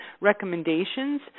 recommendations